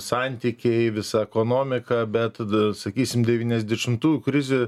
santykiai visa ekonomika bet tada sakysim devyniasdešimtųjų krizė